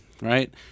right